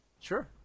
Sure